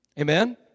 Amen